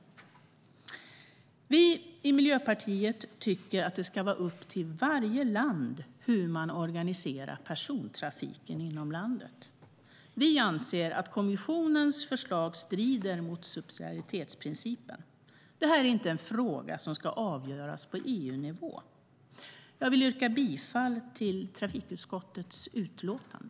Vi i Miljöpartiet tycker att det ska vara upp till varje land hur man organiserar persontrafiken inom landet. Vi anser att kommissionens förslag strider mot subsidiaritetsprincipen. Detta är inte en fråga som ska avgöras på EU-nivå. Jag yrkar bifall till förslaget i trafikutskottets utlåtande.